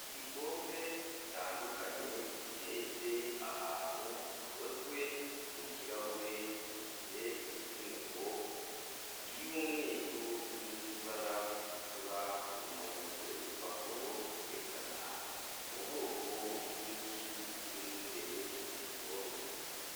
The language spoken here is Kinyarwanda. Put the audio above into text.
Ibikombe bitandukanye biteretse ahantu, bikozwe mu kirahure, bifite imifuniko y'umweru n'iy'ibara ritukura, inyuma hometseho udupapuro twerekana ubwoko bw'imiti burimo imbere mu bikombe.